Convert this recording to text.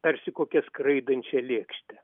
tarsi kokia skraidančią lėkštę